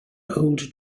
old